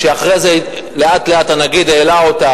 שאחרי זה לאט-לאט הנגיד העלה אותה,